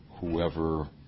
whoever